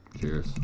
cheers